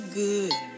good